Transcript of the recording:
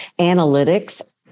Analytics